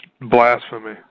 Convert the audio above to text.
blasphemy